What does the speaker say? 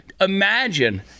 imagine